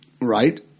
right